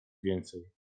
więcej